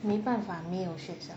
没办法没有学校